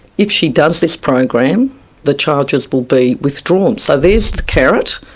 if she does this program the charges will be withdrawn, so there's the carrot,